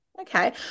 okay